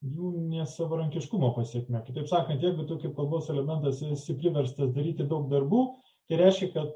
jų nesavarankiškumo pasekmė kitaip sakant jeigu tokį kalbos elementas esi priverstas daryti daug darbų tai reiškia kad